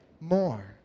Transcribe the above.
more